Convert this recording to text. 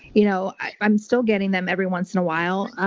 you know i'm still getting them every once in a while.